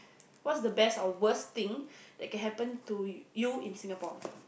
what's the best or worst thing that can happened to you in Singapore